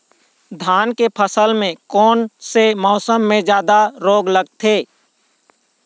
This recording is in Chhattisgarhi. धान के फसल मे कोन से मौसम मे जादा रोग लगथे?